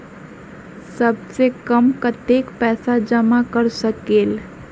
सबसे कम कतेक पैसा जमा कर सकेल?